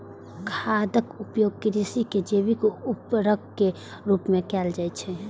खादक उपयोग कृषि मे जैविक उर्वरक के रूप मे कैल जाइ छै